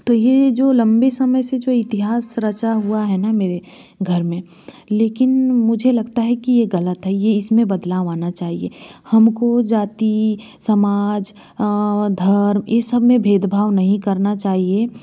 तो यह जो लम्बे समय से जो इतिहास रचा हुआ है न मेरे घर में लेकिन मुझे लगता है कि यह गलत है यह इसमें बदलाव आना चाहिए हमको जाति समाज और धर्म इस सम में भेद भाव नहीं करना चाहिए